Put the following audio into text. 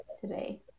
today